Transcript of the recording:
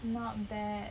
not bad